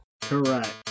Correct